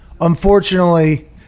unfortunately